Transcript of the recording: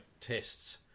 tests